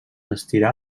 estirar